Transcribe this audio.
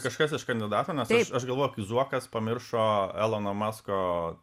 kažkas iš kandidatų nes aš aš galvoju kai zuokas pamiršo elono masko